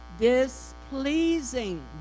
displeasing